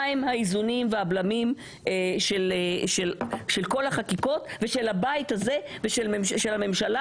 מה הם האיזונים והבלמים של כל החקיקות ושל הבית זה ושל הממשלה